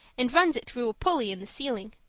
and runs it through a pulley in the ceiling.